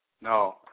no